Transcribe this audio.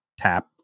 tap